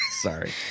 sorry